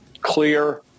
clear